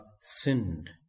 sinned